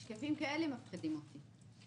שקפים כאלה מפחידים אותי.